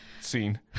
scene